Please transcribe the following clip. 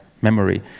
memory